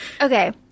okay